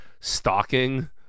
stalking